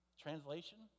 translation